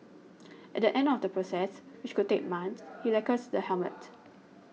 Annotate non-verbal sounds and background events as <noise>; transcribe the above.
at the end of the process which could take months <noise> he lacquers the helmet <noise>